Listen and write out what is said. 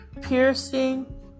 Piercing